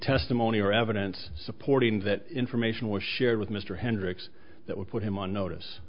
testimony or evidence supporting that information was shared with mr hendricks that would put him on notice